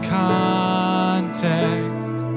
context